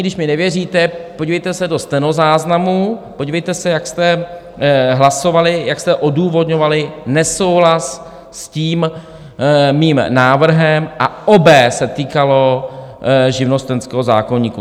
Když mi nevěříte, podívejte se do stenozáznamu, podívejte se, jak jste hlasovali, jak jste odůvodňovali nesouhlas s tím mým návrhem, a obojí se týkalo živnostenského zákoníku.